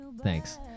Thanks